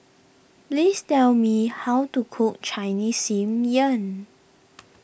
please tell me how to cook Chinese Steamed Yam